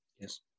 Yes